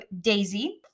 Daisy